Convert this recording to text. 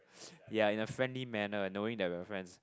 ya in a friendly manner knowing that we are friends